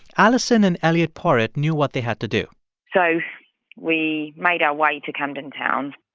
alison and eliot porritt knew what they had to do so we made our way to camden town